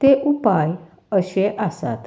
ते उपाय अशे आसात